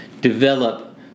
develop